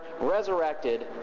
resurrected